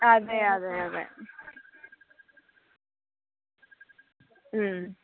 അതേയതേയതേ